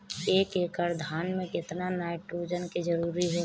एक एकड़ धान मे केतना नाइट्रोजन के जरूरी होला?